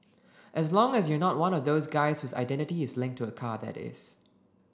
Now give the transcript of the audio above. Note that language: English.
as long as you're not one of those guys whose identity is linked to a car that is